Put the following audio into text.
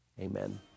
amen